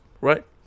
right